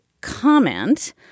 comment